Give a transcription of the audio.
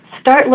start